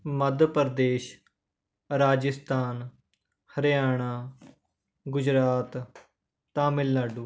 Madhya Pradesh Rajasthan Haryana Gujarat Tamil Nadu